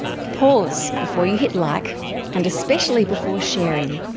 pause before you hit like and especially before sharing.